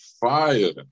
fire